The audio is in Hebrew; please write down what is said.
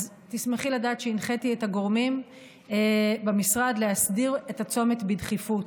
תשמחי לדעת שהנחיתי את הגורמים במשרד להסדיר את הצומת בדחיפות.